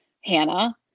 Hannah